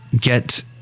get